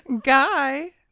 Guy